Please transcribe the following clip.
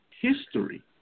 history